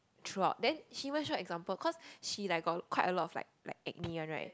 throughout then she even show example cause she like got quite a lot of like like acne one right